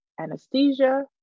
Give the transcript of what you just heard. anesthesia